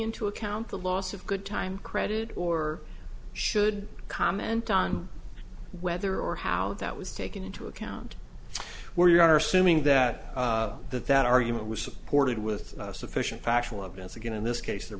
into account the loss of good time credit or should comment on whether or how that was taken into account where you are assuming that that that argument was supported with sufficient factual evidence again in this case there